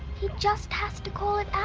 he just has to call it out.